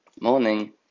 morning